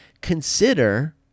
consider